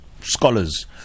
scholars